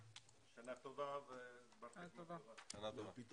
12:00.